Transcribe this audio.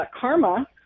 Karma